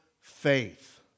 faith